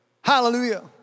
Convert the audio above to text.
Hallelujah